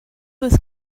was